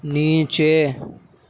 نیچے